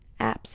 apps